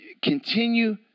Continue